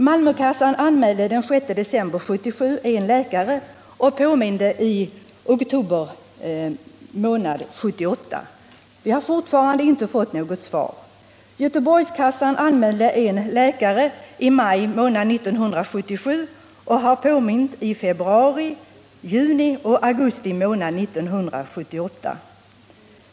Malmökassan anmälde den 6 december 1977 en läkare och påminde i oktober 1978. Vi har fortfarande inte fått något svar. Göteborgskassan anmälde en läkare i maj 1977 och har påmint i februari, juni och augusti 1978.